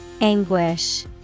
Anguish